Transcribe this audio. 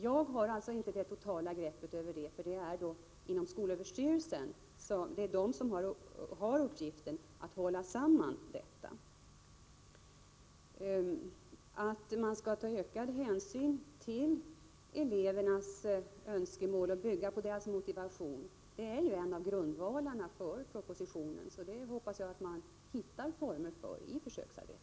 Jag har emellertid inte det totala greppet över detta, eftersom det är skolöverstyrelsen som har uppgiften att hålla samman förslagen. Att ta ökad hänsyn till elevernas önskemål och bygga på deras motivation är en av grundvalarna för propositionen. Jag hoppas därför att man hittar former för detta i försöksarbetet.